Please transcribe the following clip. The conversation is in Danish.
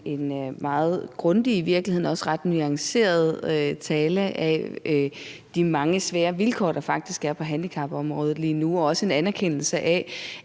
en meget grundig og i virkeligheden også ret nuanceret tale om de mange svære vilkår, der faktisk er på handicapområdet lige nu, og også en anerkendelse af,